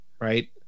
Right